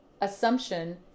assumption